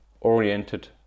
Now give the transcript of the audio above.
oriented